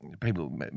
people